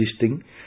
existing